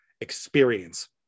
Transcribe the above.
experience